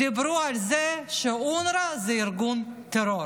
דיברו על זה שאונר"א היא ארגון טרור